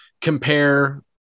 compare